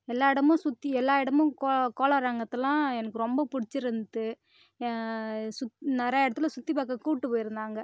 எல்லா இடமும் சுற்றி எல்லா இடமும் கோ கோளாரங்கத்துலெல்லாம் எனக்கு ரொம்ப புடிச்சு இருந்தது சுத் நிறையா இடத்துல சுற்றி பார்க்க கூட்டு போயிருந்தாங்க